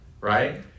right